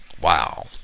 Wow